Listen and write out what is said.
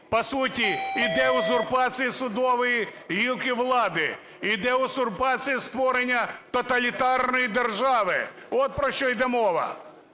по суті, іде узурпація судової гілки влади, іде узурпація створення тоталітарної держави, от про що йде мова.